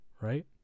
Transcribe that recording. right